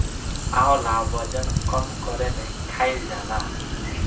आंवला वजन कम करे में खाईल जाला